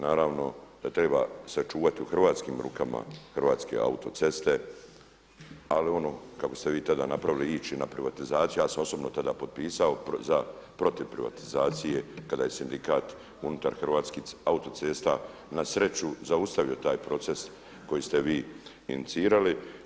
Naravno da treba sačuvati u hrvatskim rukama Hrvatske autoceste, ali ono kako ste vi tada napravili ići na privatizaciju, ja sam osobno tada potpisao za protiv privatizacije kada je sindikat unutar Hrvatskih autocesta na sreću zaustavio taj proces koji ste vi inicirali.